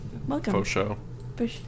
Welcome